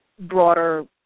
broader